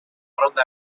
ronda